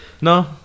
No